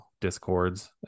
discords